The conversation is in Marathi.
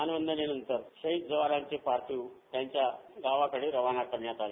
मानवदनेनंतर शहीद जवानांचे पार्थिव त्यांच्या गावाकडे रवाना करण्यात आले